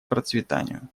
процветанию